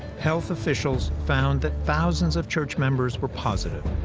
health officials found that thousands of church members were positive,